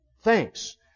Thanks